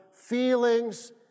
feelings